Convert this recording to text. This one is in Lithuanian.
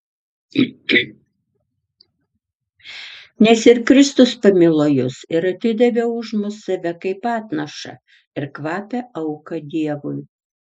nes ir kristus pamilo jus ir atidavė už mus save kaip atnašą ir kvapią auką dievui